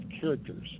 characters